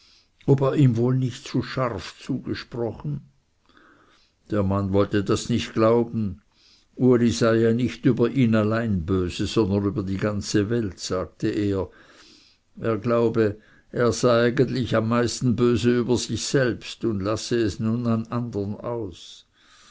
ob er ihm wohl nicht zu scharf zugesprochen der mann wollte das nicht glauben uli sei ja nicht über ihn allein böse sondern über die ganze welt sagte er er glaube er sei eigentlich am meisten böse über sich selbst und lasse es nun an andern aus